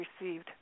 received